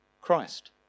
Christ